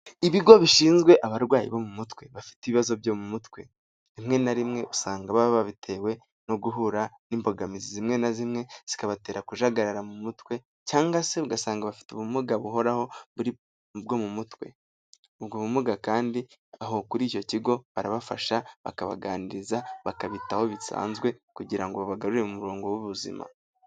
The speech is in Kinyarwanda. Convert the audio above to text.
Ibigo bishinzwe abarwayi bo mu mutwe bafite ibibazo byo mu mutwe, rimwe na rimwe usanga baba babitewe no guhura n'imbogamizi zimwe na zimwe zikabatera kujagarara mu mutwe cyangwa se ugasanga bafite ubumuga buhoraho bwo mu mutwe, ubwo bumuga kandi aho kuri icyo kigo barabafasha, bakabaganiriza, bakabitaho bisanzwe kugira ngo bagarure mu murongo w'ubuzima.